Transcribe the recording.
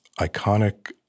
iconic